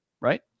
right